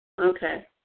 Okay